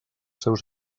seus